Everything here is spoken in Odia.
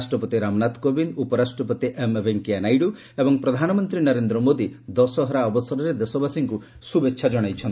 ରାଷ୍ଟ୍ରପତି ରାମନାଥ କୋବିନ୍ଦ ଉପରାଷ୍ଟ୍ରପତି ଏମ୍ ଭେଙ୍କିୟା ନାଇଡ଼ୁ ଏବଂ ପ୍ରଧାନମନ୍ତ୍ରୀ ନରେନ୍ଦ୍ର ମୋଦି ଦଶହରା ଅବସରରେ ଦେଶବାସୀଙ୍କୁ ଶୁଭେଚ୍ଛା ଜଣାଇଚ୍ଛନ୍ତି